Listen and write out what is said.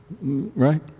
right